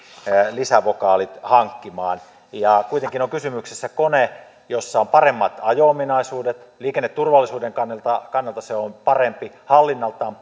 lisävokaalit hankkimaan kuitenkin on kysymyksessä kone jossa on paremmat ajo ominaisuudet liikenneturvallisuuden kannalta kannalta se on parempi hallinnaltaan